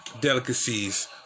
delicacies